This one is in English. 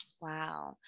Wow